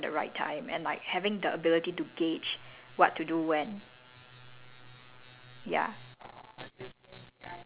and like being able to feel other people's emotions and like doing the right things at the right time and like having the ability to gauge what to do when